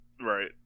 right